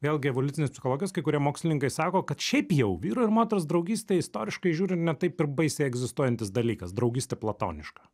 vėlgi evoliucinės psichologijos kai kurie mokslininkai sako kad šiaip jau vyro ir moters draugystė istoriškai žiūrint ne taip ir baisiai egzistuojantis dalykas draugystė platoniška